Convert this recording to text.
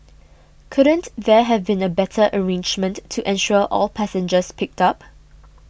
couldn't there have been a better arrangement to ensure all passengers picked up